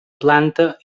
planta